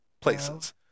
places